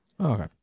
Okay